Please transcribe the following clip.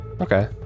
Okay